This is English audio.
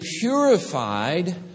purified